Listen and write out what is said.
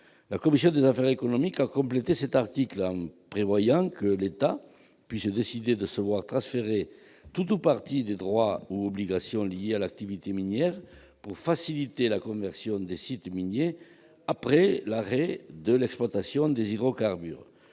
La commission des affaires économiques du Sénat a complété cet article en prévoyant que l'État puisse décider le transfert à son profit de tout ou partie des droits ou obligations liés à l'activité minière, pour faciliter la conversion des sites miniers après l'arrêt de l'exploitation des hydrocarbures.